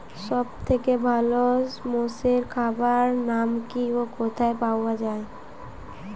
সব থেকে ভালো মোষের খাবার নাম কি ও কোথায় পাওয়া যায়?